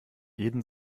jeden